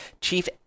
Chief